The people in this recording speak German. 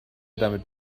damit